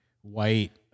white